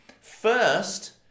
first